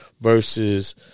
versus